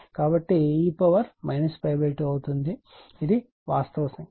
కాబట్టి e 2 ఇది వాస్తవ సంఖ్య